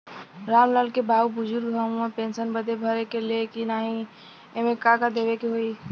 राम लाल के बाऊ बुजुर्ग ह ऊ पेंशन बदे भर सके ले की नाही एमे का का देवे के होई?